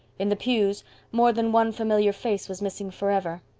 in the pews more than one familiar face was missing forever.